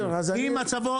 ננסה.